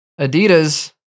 Adidas